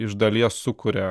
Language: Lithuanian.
iš dalies sukuria